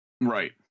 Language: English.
Right